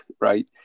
right